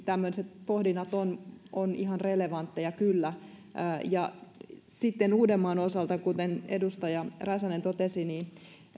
tämmöiset pohdinnat ovat kyllä ihan relevantteja sitten uudenmaan osalta kuten edustaja räsänen totesi